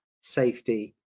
safety